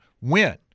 win